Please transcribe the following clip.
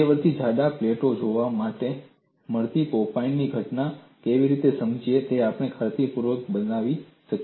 મધ્યવર્તી જાડા પ્લેટોમાં જોવા મળતી પોપ ઈનની ઘટનાને કેવી રીતે સમજાવવી તે આપણે ખાતરીપૂર્વક બતાવી શક્યા છીએ